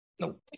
Nope